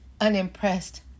unimpressed